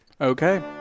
Okay